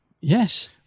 yes